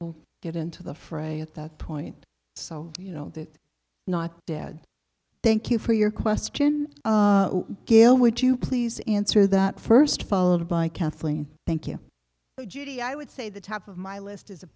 will get into the fray at that point so you know that not dead thank you for your question gayle would you please answer that first followed by counseling thank you judy i would say the top of my list is